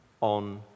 on